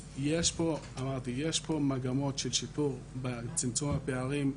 יש פה מגמות של שיפור בצמצום הפערים.